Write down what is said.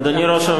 אדוני היושב-ראש,